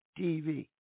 TV